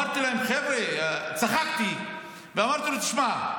צחקתי ואמרתי לו: תשמע,